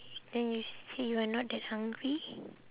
then you say you are not that hungry